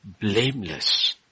blameless